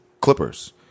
Clippers